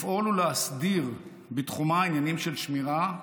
לפעול ולהסדיר בתחומה עניינים של שמירה,